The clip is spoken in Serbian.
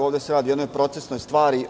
Ovde se radi o jednoj procesnoj stvari.